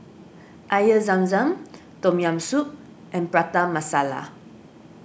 Air Zam Zam Tom Yam Oup and Prata Masala